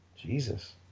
Jesus